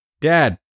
Dad